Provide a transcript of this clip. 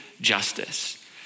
justice